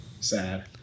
sad